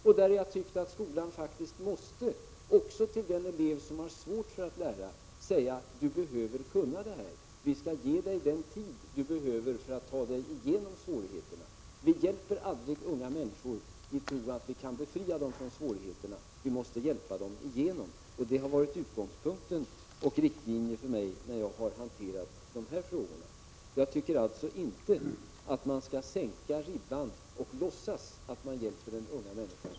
Jag har dock tyckt att skolan faktiskt måste säga, också till den elev som har svårt att lära: Du behöver kunna det här, och vi skall ge dig den tid du behöver för att ta dig igenom svårigheterna. Vi hjälper aldrig unga människor om vi tror att vi kan befria dem från svårigheter. Vi måste hjälpa dem igenom svårigheterna, och det har varit utgångspunkten och riktlinjen för mig när jag har hanterat de här frågorna. Jag tycker alltså inte att man skall sänka ribban och låtsas att man därmed hjälper den unga människan.